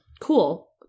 Cool